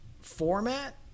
format